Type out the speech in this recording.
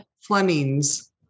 Flemings